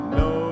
no